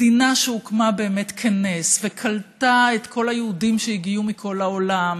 מדינה שהוקמה באמת כנס וקלטה את כל היהודים שהגיעו מכל העולם,